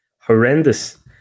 horrendous